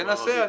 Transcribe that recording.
תנסה.